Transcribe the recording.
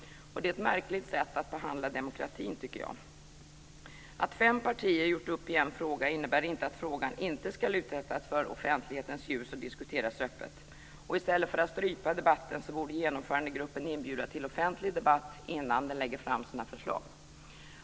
Det är ett märkligt sätt att behandla demokratin, tycker jag. Att fem partier gjort upp i en fråga innebär inte att frågan inte ska utsättas för offentlighetens ljus och diskuteras öppet. I stället för att strypa debatten borde Genomförandegruppen inbjuda till offentlig debatt innan den lägger fram sina förslag.